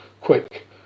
quick